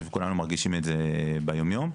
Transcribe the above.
כולנו מרגישים את זה ביום יום.